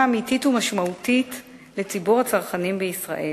אמיתית ומשמעותית לציבור הצרכנים בישראל.